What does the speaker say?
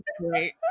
great